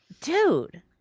Dude